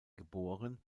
geboren